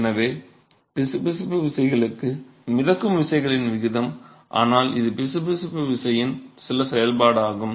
எனவே பிசுபிசுப்பு விசைகளுக்கு மிதக்கும் விசைகளின் விகிதம் ஆனால் இது பிசுபிசுப்பு விசையின் சில செயல்பாடுகள் ஆகும்